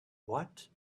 what